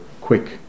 quick